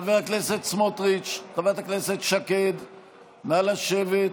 חבר הכנסת לוי, נא לשבת.